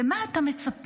ומה אתה מצפה?